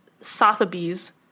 Sotheby's